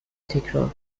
تکرار